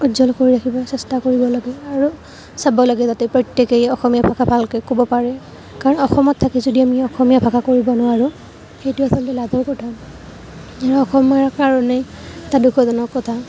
উজ্বল কৰি ৰাখিবলৈ চেষ্টা কৰিব লাগে আৰু চাব লাগে যাতে প্ৰত্যেকেই অসমীয়া ভাষা ভালকে ক'ব পাৰে কাৰণ অসমত থাকি যদি আমি অসমীয়া ভাষা কৰিব নোৱাৰোঁ সেইটো আচলতে লাজৰ কথা এয়া অসমৰ কাৰণেই এটা দুখজনক কথা